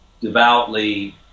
devoutly